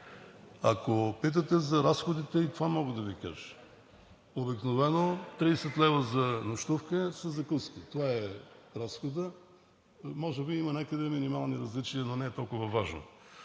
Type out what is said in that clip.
Ако питате за разходите и това мога да Ви кажа. Обикновено 30 лв. за нощувка със закуска – това е разходът, може би има някъде минимални различия, но не е толкова важно.